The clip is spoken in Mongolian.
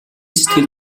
сэтгэлд